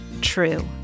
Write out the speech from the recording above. true